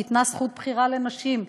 ניתנה זכות בחירה לנשים,